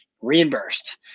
reimbursed